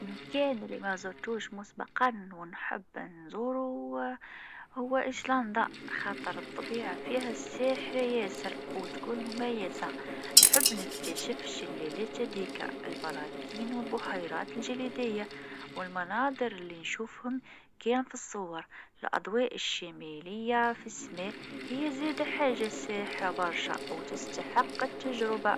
المكان اللي نحب نزوره هو الماتشو بيتشو في بيرو. نحب نكتشف الحضارة القديمة والمعمار الرائع هناك. المناظر الطبيعية تخطف الأنفاس، ونحب نمشي في المسارات ونشوف التاريخ عن قرب. زيدا، التجربة تكون فريدة، ونتمنى نعيش اللحظة ونصور الذكريات. الماتشو بيتشو عنده جاذبية خاصة، وهذا يخلي عندي رغبة كبيرة في زيارته!